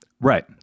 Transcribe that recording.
right